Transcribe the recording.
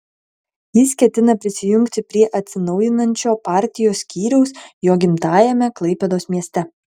jis ketina prisijungti prie atsinaujinančio partijos skyriaus jo gimtajame klaipėdos mieste